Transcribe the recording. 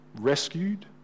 rescued